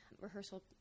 rehearsal